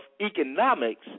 economics